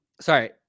sorry